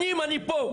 שנים אני פה.